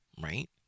right